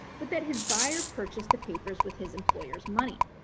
but that his buyer purchased the papers with his employer's money.